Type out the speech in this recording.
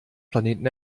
planeten